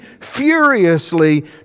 furiously